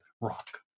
rock